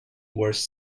worse